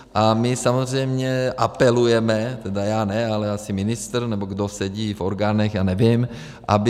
A my samozřejmě apelujeme, tedy já ne, ale asi ministr, nebo kdo sedí v orgánech, já nevím, aby...